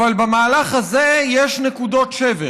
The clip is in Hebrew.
אבל במהלך הזה יש נקודות שבר,